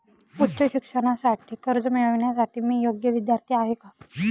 उच्च शिक्षणासाठी कर्ज मिळविण्यासाठी मी योग्य विद्यार्थी आहे का?